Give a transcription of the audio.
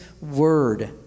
word